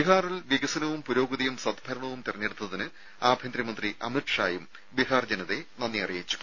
ബീഹാറിൽ വികസനവും പുരോഗതിയും സദ് ഭരണവും തിരഞ്ഞെടുത്തതിന് ആഭ്യന്തരമന്ത്രി അമിത് ഷായും ബീഹാർ ജനതയെ നന്ദി അറിയിച്ചു